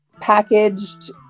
packaged